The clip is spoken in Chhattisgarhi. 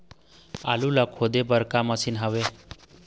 आलू ला खोदे बर का मशीन हावे?